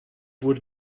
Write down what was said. would